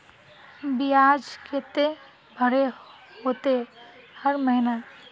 बियाज केते भरे होते हर महीना?